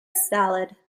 salad